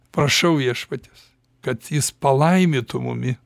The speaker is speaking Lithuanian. prašau viešpaties kad jis palaimitų mumi